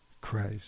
Christ